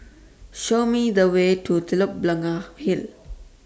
Show Me The Way to Telok Blangah Hill